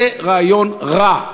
זה רעיון רע.